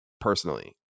personally